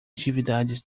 atividades